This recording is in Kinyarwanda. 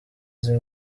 izi